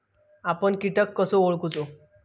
आपन कीटक कसो ओळखूचो?